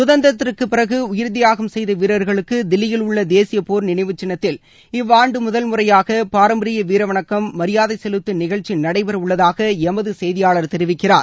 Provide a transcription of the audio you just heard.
சுதந்திரத்திற்கு பிறகு உயிர் தியாகம் செய்த வீரர்களுக்கு தில்லியில் உள்ள தேசிய போர் நினைவு சின்னத்தில் இவ்வாண்டு முதல் முறையாக பாரம்பரிய வீர வணக்கம் மரியாதை செலுத்தும் நிகழ்ச்சி நடைபெறவுள்ளதாக எமது செய்தியாளர் தெரிவிக்கிறார்